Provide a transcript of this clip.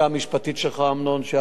ועשו עבודה מצוינת,